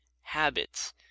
habits